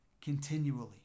continually